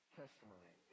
testimony